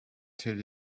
till